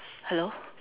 hello